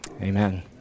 amen